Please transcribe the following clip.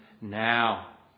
now